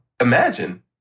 Imagine